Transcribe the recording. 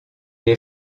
est